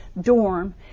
dorm